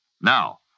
Now